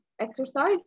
exercise